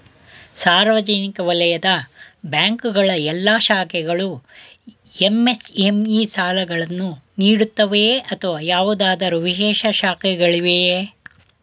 ಸಾರ್ವಜನಿಕ ವಲಯದ ಬ್ಯಾಂಕ್ ಗಳ ಎಲ್ಲಾ ಶಾಖೆಗಳು ಎಂ.ಎಸ್.ಎಂ.ಇ ಸಾಲಗಳನ್ನು ನೀಡುತ್ತವೆಯೇ ಅಥವಾ ಯಾವುದಾದರು ವಿಶೇಷ ಶಾಖೆಗಳಿವೆಯೇ?